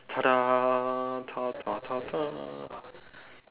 tadah tadah tadah